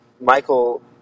Michael